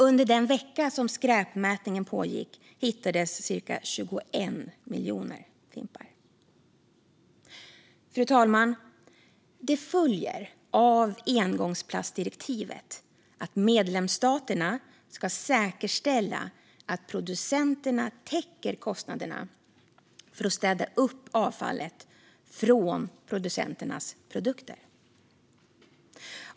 Under den vecka som skräpmätningen pågick hittades cirka 21 miljoner fimpar. Fru talman! Det följer av engångsplastdirektivet att medlemsstaterna ska säkerställa att producenterna täcker kostnaderna för att städa upp avfallet från producenternas produkter.